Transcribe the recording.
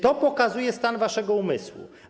To pokazuje stan waszego umysłu.